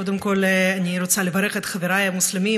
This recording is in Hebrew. קודם כול אני רוצה לברך את חבריי המוסלמים: